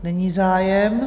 Není zájem.